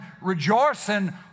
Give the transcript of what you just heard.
rejoicing